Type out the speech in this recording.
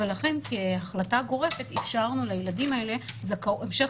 ולכן כהחלטה גורפת אפשרנו לילדים האלה המשך